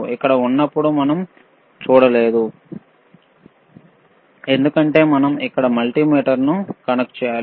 ఇక్కడ ఉన్నప్పుడు కుడివైపు మనం చూడలేము ఎందుకంటే మనం ఇక్కడ మల్టీమీటర్ను కనెక్ట్ చేయాలి